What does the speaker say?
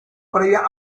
previa